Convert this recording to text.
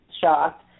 shocked